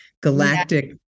Galactic